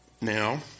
now